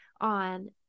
on